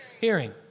Hearing